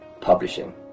Publishing